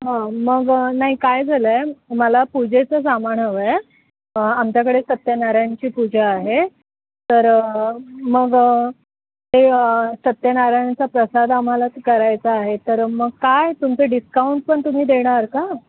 हं मग नाही काय झालंय मला पूजेचं सामान हवंय आमच्याकडे सत्यनारायणची पूजा आहे तर मग ते सत्यनारायणचा प्रसाद आम्हाला त करायचा आहे तर मग काय तुमचं डिस्काउंट पण तुम्ही देणार का